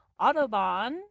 Autobahn